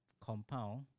compound